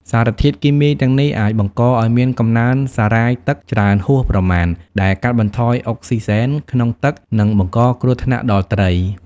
សារធាតុគីមីទាំងនេះអាចបង្កឱ្យមានកំណើនសារ៉ាយទឹកច្រើនហួសប្រមាណ ដែលកាត់បន្ថយអុកស៊ីហ្សែនក្នុងទឹក និងបង្កគ្រោះថ្នាក់ដល់ត្រី។